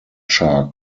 shark